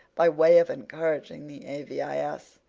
by way of encouraging the a v i s,